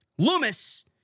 Loomis